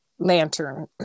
lantern